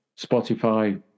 spotify